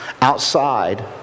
outside